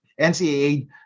NCAA